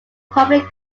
public